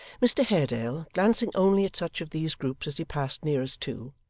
mr haredale, glancing only at such of these groups as he passed nearest to,